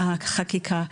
החקיקה.